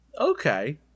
Okay